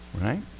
Right